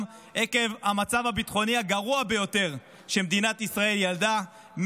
עקב המצב הביטחוני הגרוע ביותר שמדינת ישראל ידעה,